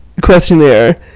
questionnaire